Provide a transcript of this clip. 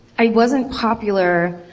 i wasn't popular.